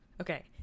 Okay